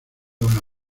una